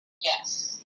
Yes